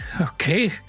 Okay